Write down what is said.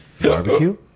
Barbecue